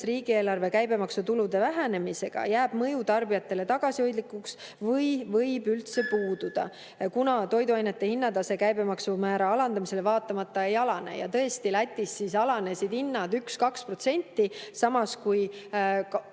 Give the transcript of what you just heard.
riigieelarve käibemaksutulude vähenemisega jääb mõju tarbijatele tagasihoidlikuks või võib üldse puududa, kuna toiduainete hinnatase käibemaksumäära alandamisele vaatamata ei alane. Tõesti, Lätis alanesid hinnad 1–2%, samas kui